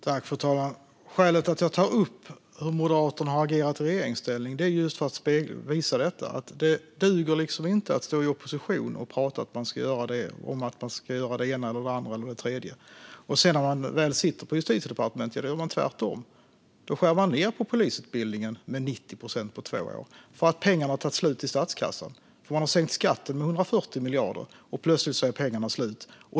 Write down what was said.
Fru talman! Skälet till att jag tar upp hur Moderaterna har agerat i regeringsställning är att jag vill visa just detta: Det duger inte att stå i opposition och prata om att man ska göra det ena eller det andra eller det tredje och sedan, när man väl sitter i Justitiedepartementet, göra tvärtom. Då skär man ned på polisutbildningen med 90 procent på två år, för att pengarna har tagit slut i statskassan. Man har sänkt skatten med 140 miljarder, och plötsligt är pengarna slut.